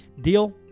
Deal